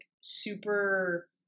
super